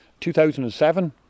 2007